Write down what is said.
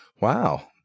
Wow